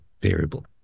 variable